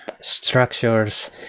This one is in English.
structures